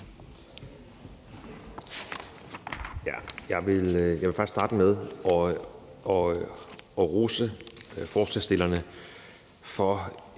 Jeg vil faktisk starte med at rose forslagsstillerne for,